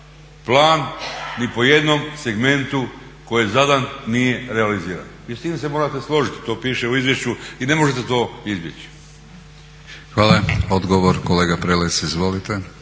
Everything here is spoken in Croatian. plan ni po jednom segmentu koji je zadan nije realiziran. I s tim se morate složiti, to piše u izvješću i ne možete to izbjeći. **Batinić, Milorad (HNS)** Hvala.